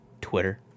Twitter